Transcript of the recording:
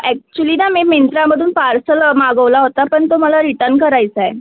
actually ना मी मिंत्रामधून पार्सल मागवला होता पण तो मला रिटन करायचा आहे